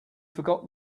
forgot